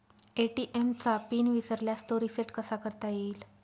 ATM चा PIN विसरल्यास तो रिसेट कसा करता येईल?